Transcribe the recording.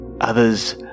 Others